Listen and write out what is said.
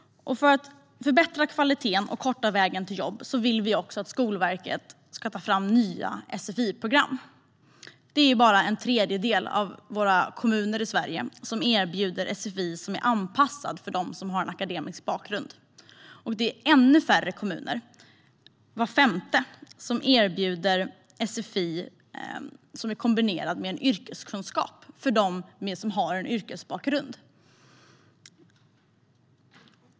För att förbättra kvaliteten och korta vägen till jobb vill vi också att Skolverket ska ta fram nya sfi-program. Det är bara en tredjedel av kommunerna i Sverige som erbjuder sfi som är anpassad för dem som har en akademisk bakgrund. Det är ännu färre kommuner - var femte kommun - som erbjuder sfi kombinerad med yrkeskunskap för dem som har en yrkesbakgrund.